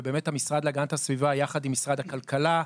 ובאמת המשרד להגנת הסביבה ביחד עם משרד הכלכלה,